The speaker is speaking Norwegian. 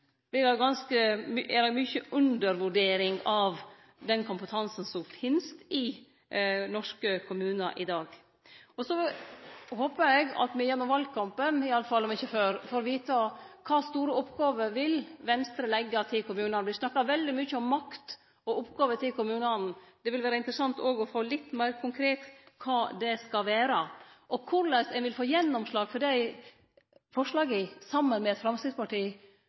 den kompetansen som finst i norske kommunar i dag, vert veldig undervurdert. Så håpar eg at me iallfall gjennom valkampen, om ikkje før, får vite kva for store oppgåver Venstre vil leggje til kommunane. Ein snakkar veldig mykje om makt og oppgåver til kommunane. Det ville òg vere interessant å få vite litt meir konkret kva det skal vere, og korleis ein vil få gjennomslag for dei forslaga saman med